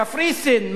קפריסין,